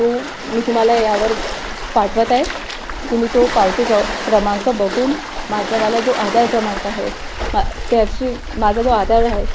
तो मी तुम्हाला यावर पाठवत आहे तुम्ही तो पावते क क्रमांक बघून माझ्यावाला जो आधार क्रमांक हा मा त्याची माझा जो आधार आहे